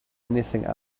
anything